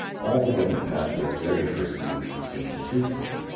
all the women past their very first youth seemed toothless.